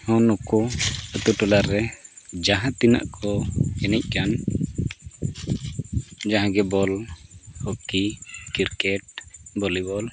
ᱦᱚᱸ ᱱᱩᱠᱩ ᱟᱹᱛᱩ ᱴᱚᱞᱟᱨᱮ ᱡᱟᱦᱟᱸ ᱛᱤᱱᱟᱹᱜ ᱠᱚ ᱮᱱᱮᱡ ᱠᱟᱱᱟ ᱡᱟᱦᱟᱸᱜᱮ ᱵᱚᱞ ᱦᱚᱸᱠᱤ ᱠᱨᱤᱠᱮᱴ ᱵᱷᱚᱞᱤᱵᱚᱞ